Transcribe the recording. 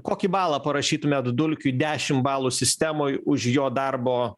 kokį balą parašytumėt dulkiui dešim balų sistemoj už jo darbo